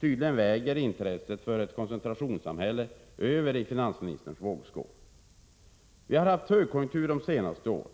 Tydligen väger intresset för ett koncentrationssamhälle över i finansministerns vågskål. Vi har haft högkonjunktur de senaste åren.